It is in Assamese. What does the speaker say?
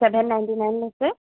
চেভন নাইণ্টি নাইন লৈছে